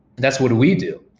that's what we do.